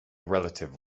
relative